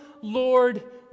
Lord